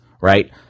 right